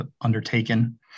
undertaken